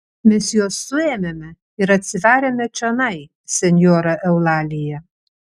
mes juos suėmėme ir atsivarėme čionai senjora eulalija